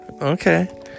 Okay